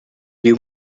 viu